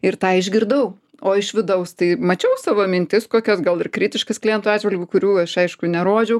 ir tą išgirdau o iš vidaus tai mačiau savo mintis kokias gal ir kritiškas klientų atžvilgiu kurių aš aišku nerodžiau